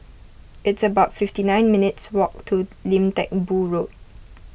it's about fifty nine minutes' walk to Lim Teck Boo Road